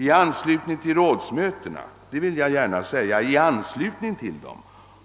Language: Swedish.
I anslutning till rådsmötena